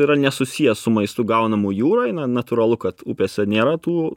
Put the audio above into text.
yra nesusijęs su maistu gaunamu jūroj na natūralu kad upėse nėra tų